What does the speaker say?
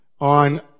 on